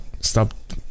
stop